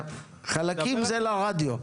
חלקים זה לרדיו.